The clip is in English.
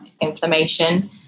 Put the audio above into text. inflammation